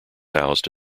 housed